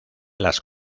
las